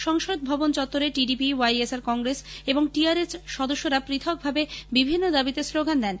সংসদ ভবন চত্বরে টিডিপি ওয়াই এস আর কংগ্রেস এবং টি আর এস সদস্যরা পৃথক ভাবে বিভিন্ন দাবীতে স্লোগান দেন